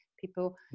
people